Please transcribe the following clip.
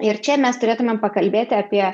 ir čia mes turėtumėm pakalbėti apie